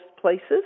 places